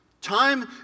Time